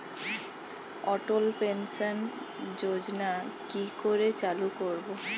অটল pension যোজনার কি করে চালু করব?